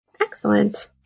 Excellent